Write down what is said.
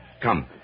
Come